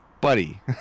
Buddy